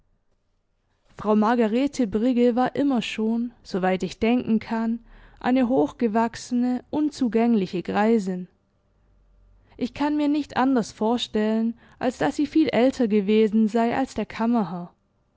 frau margarete brigge war immer schon soweit ich denken kann eine hochgewachsene unzugängliche greisin ich kann mir nicht anders vorstellen als daß sie viel älter gewesen sei als der